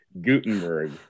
Gutenberg